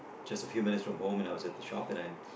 just a few minutes from home and I was at the shop and I